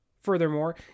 Furthermore